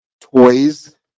toys